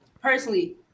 Personally